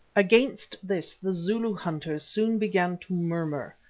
against this the zulu hunters soon began to murmur,